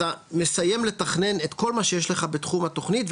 אתה מסיים לתכנן את כל מה שיש לך בתחום התוכנית,